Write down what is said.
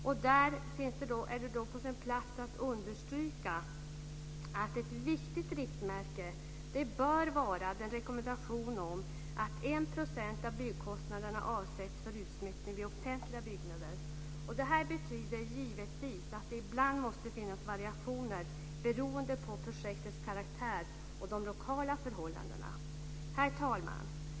Där är det på sin plats att understryka att ett viktigt riktmärke bör vara den rekommendation om att 1 % av byggkostnaderna avsätts för utsmyckning av offentliga byggnader. Det här betyder givetvis att det ibland måste finnas variationer beroende på projektets karaktär och de lokala förhållandena. Herr talman!